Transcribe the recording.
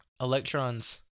Electron's